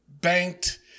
banked